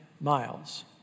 miles